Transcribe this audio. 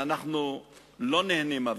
אבל אנחנו לא נהנים.